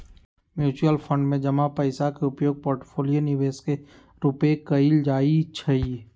mutual fund में जमा पइसा के उपयोग पोर्टफोलियो निवेश के रूपे कएल जाइ छइ